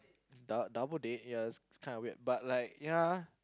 dou~ double date ya it's kinda weird but like ya